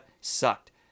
sucked